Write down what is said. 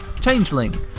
Changeling